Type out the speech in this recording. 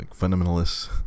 fundamentalists